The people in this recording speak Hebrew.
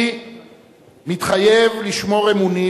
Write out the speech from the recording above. "אני מתחייב לשמור אמונים